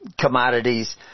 commodities